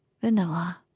vanilla